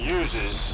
uses